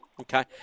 Okay